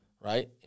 right